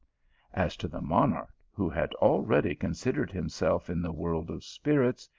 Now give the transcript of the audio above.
as to the monarch, who had already considered himself in the world of spirits,